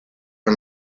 and